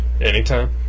Anytime